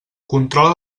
controla